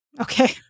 Okay